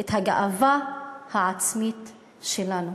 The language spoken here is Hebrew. הגאווה העצמית שלנו.